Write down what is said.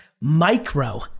micro